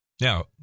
Now